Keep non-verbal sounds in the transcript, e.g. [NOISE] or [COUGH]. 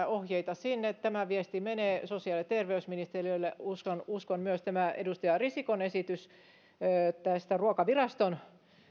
[UNINTELLIGIBLE] ohjeita sinne tämä viesti menee sosiaali ja terveysministeriölle näin uskon myös tästä edustaja risikon esityksestä ruokaviraston